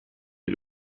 est